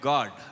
God